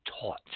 Taught